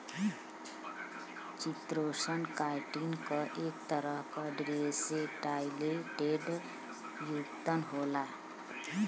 chitosan, chitin क एक तरह क डीएसेटाइलेटेड व्युत्पन्न होला